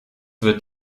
wird